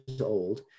old